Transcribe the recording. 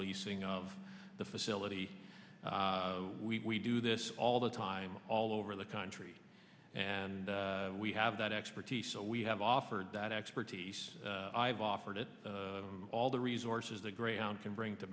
leasing of the facility we do this all the time all over the country and we have that expertise so we have offered that expertise i've offered it all the resources that greyhound can bring to